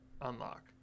unlock